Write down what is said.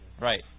Right